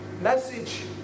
message